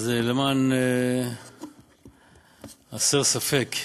למען הסר ספק,